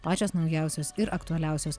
pačios naujausios ir aktualiausios